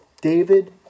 David